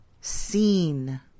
seen